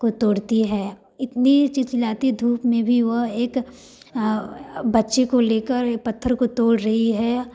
को तोड़ती है इतनी चिलचिलाती धुप में भी वह एक बच्चे को लेकर पत्थर को तोड़ रही है